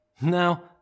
Now